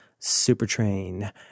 supertrain